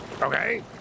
Okay